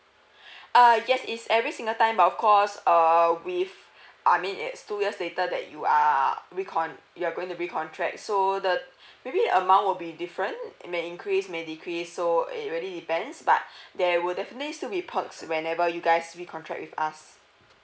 uh yes it's every single time but of course err with I mean it's two years later that you are recon~ you're going to be recontract so the maybe the amount will be different may increase may decrease so uh it really depends but there will definitely sill be perks whenever you guys recontract with us